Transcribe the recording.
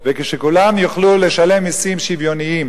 כשכולם יוכלו להתפרנס בכבוד וכשכולם יוכלו לשלם מסים שוויוניים